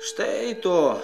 štai to